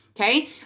okay